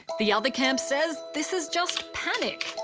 the other camp says this is just panic.